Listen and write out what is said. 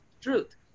truth